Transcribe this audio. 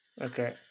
Okay